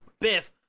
Biff